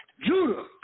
Judah